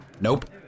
Nope